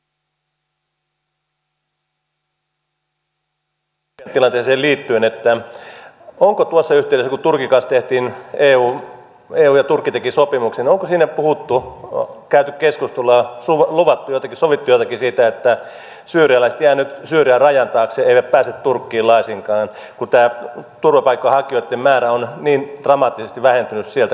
ministeri orpo kysyn teiltä syyrian tilanteeseen liittyen onko tuossa yhteydessä kun eu ja turkki tekivät sopimuksen käyty keskustelua ja sovittu jotenkin siitä että syyrialaiset jäävät nyt syyrian rajan taakse eivät pääse turkkiin laisinkaan kun tämä turvapaikanhakijoitten määrä on niin dramaattisesti vähentynyt sieltä kautta